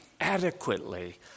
adequately